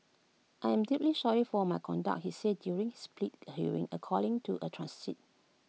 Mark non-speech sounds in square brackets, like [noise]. I am deeply sorry for my conduct he said during [unintelligible] plea hearing according to A transit